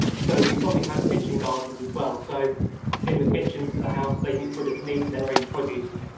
so we probably have kitchen gardens as well. so in the kitchen for the house, they would have needed their own produce.